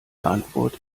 antwort